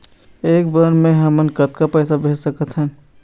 एक बर मे हमन कतका पैसा भेज सकत हन?